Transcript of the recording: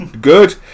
good